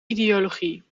ideologie